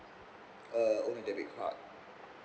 uh own a debit card